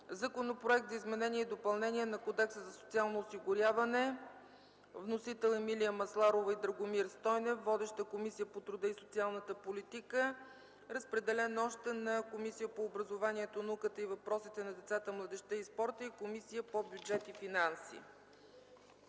Законопроект за изменение и допълнение на Кодекса за социално осигуряване. Вносители – Емилия Масларова и Драгомир Стойнев. Водеща е Комисията по труда и социалната политика. Разпределен е и на Комисията по образованието, науката и въпросите на децата, младежта и спорта и Комисията по бюджет и финанси.